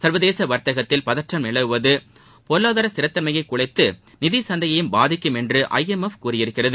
சா்வதேச வா்தக்கத்தில் பதற்றம் நிலவுவது பொருளாதார ஸ்திரத்தன்மையை குலைத்து நிதி சந்தையையும் பாதிக்கும் என்று ஐ எம் எப் கூறியிருக்கிறது